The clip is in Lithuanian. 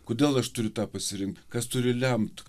kodėl aš turiu tą pasirinkt kas turi lemt